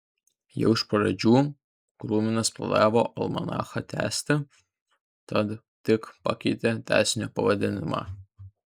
jau iš pradžių kruminas planavo almanachą tęsti tad tik pakeitė tęsinio pavadinimą